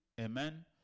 Amen